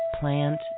plant